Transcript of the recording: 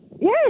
Yes